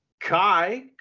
Kai